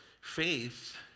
faith